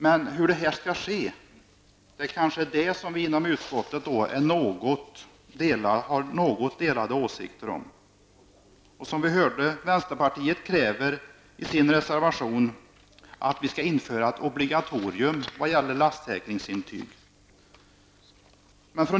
Men hur det skall ske har vi inom utskottet kanske något delade åsikter om. Som vi hörde kräver vänsterpartiet i sin reservation att vi skall införa ett obligatorium när det gäller lastsäkringsintyg.